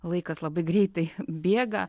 laikas labai greitai bėga